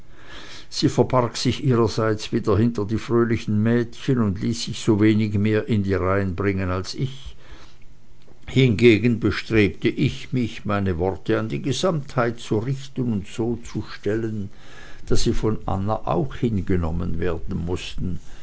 sie verbarg sich ihrerseits wieder hinter die fröhlichen mädchen und ließ sich sowenig mehr in die reihen bringen als ich hingegen bestrebte ich mich meine worte an die gesamtheit zu richten und so zu stellen daß sie von anna auch hingenommen werden mußten